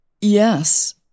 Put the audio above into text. Yes